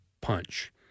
punch